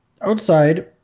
Outside